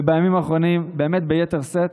ובימים האחרונים ביתר שאת.